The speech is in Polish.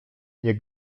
jak